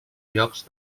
llocs